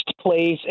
place